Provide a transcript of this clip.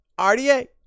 RDA